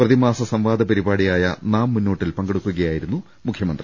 പ്രതി മാസ സംവാദ പരിപാടിയായ നാം മുന്നോട്ടിൽ പങ്കെടുക്കു കയായിരുന്നു മുഖ്യമന്ത്രി